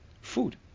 food